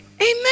Amen